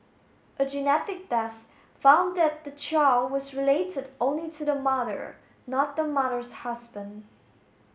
a genetic test found that the child was related only to the mother not the mother's husband